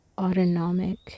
autonomic